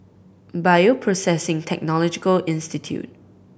Bioprocessing Technology Institute